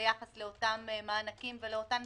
1 ביוני מתקרב ונתונים לא קיבלנו.